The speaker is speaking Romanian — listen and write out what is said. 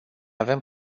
avem